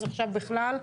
אז עכשיו בכלל.